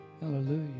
Hallelujah